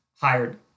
hired